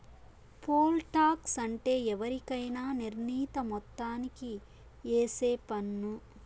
pole tax అంటే ఎవరికైనా నిర్ణీత మొత్తానికి ఏసే పన్ను